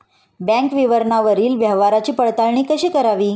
Bank विवरणावरील व्यवहाराची पडताळणी कशी करावी?